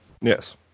Yes